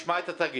נשמע את התאגיד.